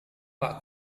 pak